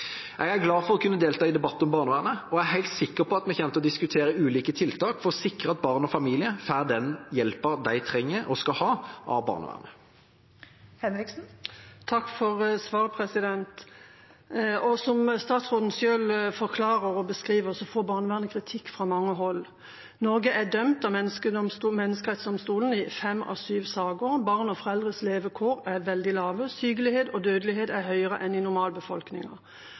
Jeg er glad for å kunne delta i debatt om barnevernet, og jeg er helt sikker på at vi kommer til å diskutere ulike tiltak for å sikre at barn og familier får den hjelpen de trenger og skal ha, av barnevernet. Takk for svaret. Som statsråden selv forklarer og beskriver, får barnevernet kritikk fra mange hold. Norge er dømt av Den europeiske menneskerettsdomstol i fem av syv saker. Barn og foreldres levekår er veldig dårlige, sykeligheten og dødeligheten er høyere enn i